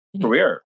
Career